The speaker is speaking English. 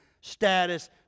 status